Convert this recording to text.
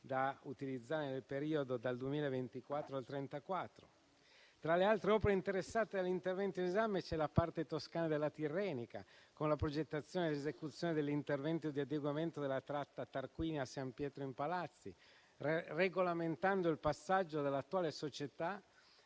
da utilizzare nel periodo dal 2024 al 2034. Tra le altre opere interessate all'intervento in esame, c'è la parte toscana della Tirrenica, con la progettazione ed esecuzione degli interventi di adeguamento della tratta Tarquinia-San Pietro in Palazzi, regolamentando il passaggio dall'attuale società